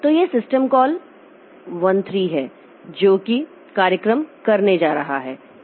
तो यह system call 13 है जो कि कार्यक्रम करने जा रहा है